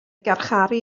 garcharu